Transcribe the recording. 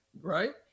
right